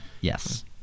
Yes